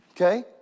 Okay